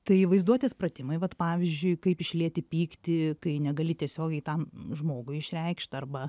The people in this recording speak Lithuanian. tai vaizduotės pratimai vat pavyzdžiui kaip išlieti pyktį kai negali tiesiogiai tam žmogui išreikšt arba